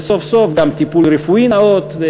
וסוף-סוף גם טיפול רפואי נאות.